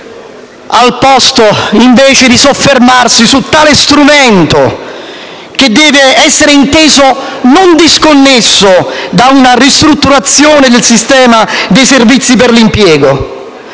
card*, invece di soffermarsi su tale strumento, che deve essere inteso non disconnesso da una ristrutturazione del sistema dei servizi per l'impiego.